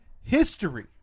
history